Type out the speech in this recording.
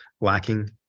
lacking